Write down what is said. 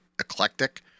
Eclectic